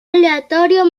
aleatorio